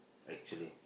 actually